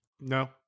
no